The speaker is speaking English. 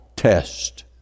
test